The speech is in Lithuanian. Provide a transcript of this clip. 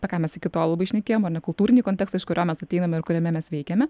apie ką mes iki tol labai šnekėjom ar ne kultūrinį kontekstą iš kurio mes ateinam ir kuriame mes veikiame